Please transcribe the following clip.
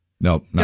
Nope